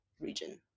region